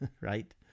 right